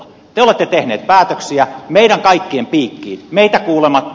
te olette tehneet päätöksiä meidän kaikkien piikkiin meitä kuulematta